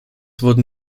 wurden